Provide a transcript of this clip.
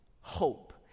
hope